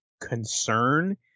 concern